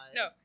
no